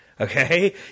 Okay